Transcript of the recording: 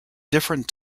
different